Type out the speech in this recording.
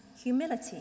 humility